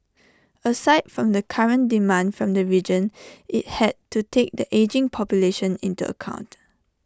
aside from the current demand from the region IT had to take the ageing population into account